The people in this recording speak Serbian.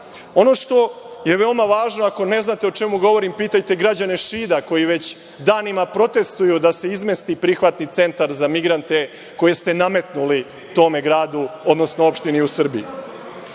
našoj državi. Ako ne znate o čemu govorim, pitajte građane Šida koji već danima protestuju da se izmesti prihvatni centar za migrante koje ste nametnuli tome gradu, odnosno opštini u Srbiji. Mnogo